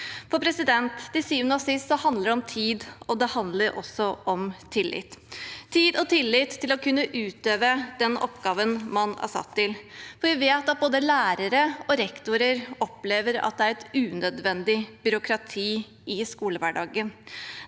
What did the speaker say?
i skolen. Til syvende og sist handler det om tid, og det handler også om tillit – tid og tillit til å kunne utøve den oppgaven man er satt til. Vi vet at både lærere og rektorer opplever at det er et unødvendig byråkrati i skolehverdagen,